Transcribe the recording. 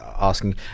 asking –